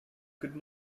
could